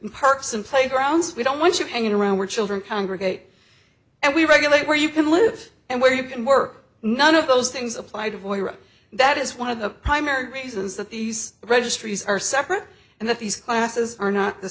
in parks and playgrounds we don't want you hanging around where children congregate and we regulate where you can live and where you can work none of those things apply to voice that is one of the primary reasons that these registries are separate and that these classes are not the